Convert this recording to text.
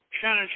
Shannon